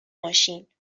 ماشین